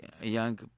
young